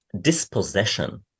dispossession